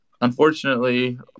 unfortunately